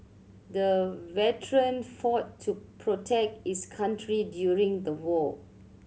the veteran fought to protect his country during the war